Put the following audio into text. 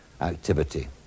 activity